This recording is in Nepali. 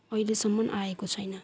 अहिलेसम्म आएको छैन